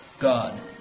God